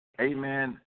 amen